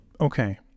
Okay